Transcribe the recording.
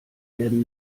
werden